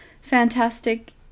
fantastic